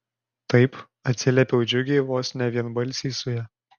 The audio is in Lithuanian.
taip atsiliepiau džiugiai vos ne vienbalsiai su ja